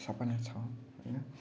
सपना छ